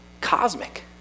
cosmic